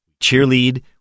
cheerlead